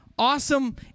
Awesome